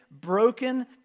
broken